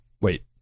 Wait